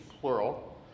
plural